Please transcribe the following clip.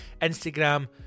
Instagram